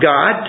God